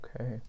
okay